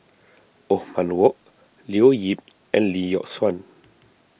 Othman Wok Leo Yip and Lee Yock Suan